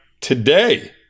today